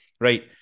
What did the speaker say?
Right